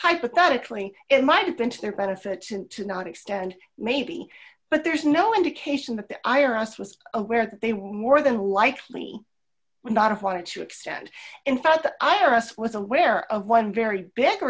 hypothetically it might have been to their benefits and to not extend maybe but there's no indication that the iris was aware that they were more than likely not of wanted to extend in fact the i r s was aware of one very big